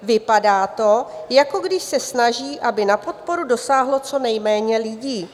Vypadá to, jako když se snaží, aby na podporu dosáhlo co nejméně lidí.